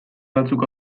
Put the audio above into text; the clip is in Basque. batzuk